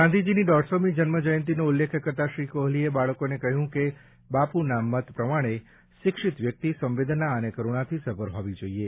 ગાંધીજીની દોઢસોમી જન્મ જયંતિનો ઉલ્લેખ કરતાં શ્રી કોહલીએ બાળકોને કહ્યું કે બાપ્રના મત પ્રમાણે શિક્ષિત વ્યક્તિ સંવેદના અને કરૂણાથી સભર હોવી જોઈએ